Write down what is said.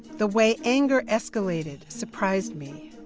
the way anger escalated surprised me.